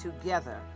together